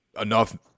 enough